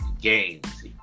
games